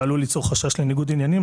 ועלול ליצור חשש לניגוד עניינים.